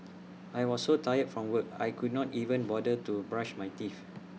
I was so tired from work I could not even bother to brush my teeth